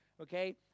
okay